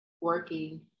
working